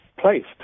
Placed